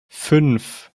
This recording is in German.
fünf